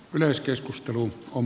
yleiskeskustelu on